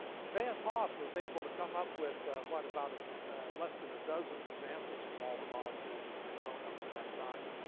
van't hoff was able to come up with what? about ah less than a dozen examples from all the molecules that had been known up to that time.